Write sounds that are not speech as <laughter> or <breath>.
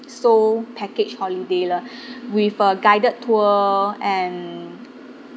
seoul package holiday lah <breath> with a guided tour and